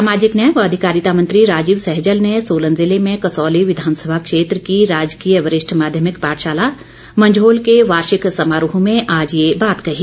सामाजिक न्याय व अधिकारिता मंत्री राजीव सहजल ने सोलन ज़िले में कसौली विधानसभा क्षेत्र की राजकीय वरिष्ठ माध्यमिक पाठशाला मंझोल के वार्षिक समारोह में आज ये बात कही